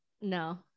No